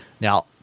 Now